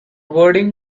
wording